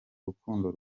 rukundo